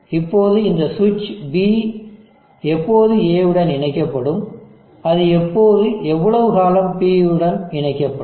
இப்போது இந்த சுவிட்ச் B எப்போது A உடன் இணைக்கப்படும் அது எப்போது எவ்வளவு காலம் B உடன் இணைக்கப்படும்